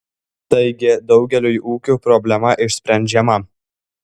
taigi daugeliui ūkių problema išsprendžiama